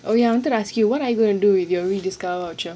oh ya I wanted to ask you what are you going to do with your rediscover voucher